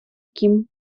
кім